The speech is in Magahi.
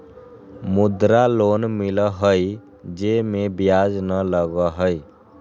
मुद्रा लोन मिलहई जे में ब्याज न लगहई?